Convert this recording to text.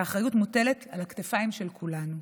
והאחריות מוטלת על הכתפיים של כולנו.